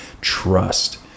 Trust